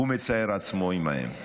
הוא מצער עצמו עימם.